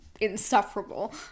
insufferable